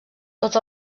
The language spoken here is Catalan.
tots